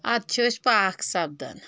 ادٕ چھِ أسۍ پاک سپدان